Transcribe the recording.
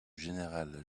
général